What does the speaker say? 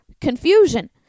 confusion